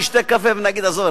נשתה קפה ונאמר: עזוב,